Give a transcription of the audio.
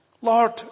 Lord